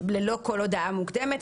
ללא כל הודעה מוקדמת,